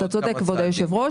אתה צודק כבוד היושב ראש.